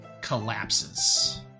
collapses